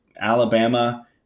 Alabama